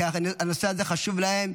כי הנושא הזה חשוב להם.